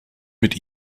mit